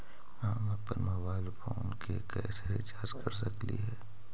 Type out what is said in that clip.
हम अप्पन mobile phone के कैसे रिचार्ज कर सकली हे?